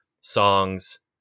songs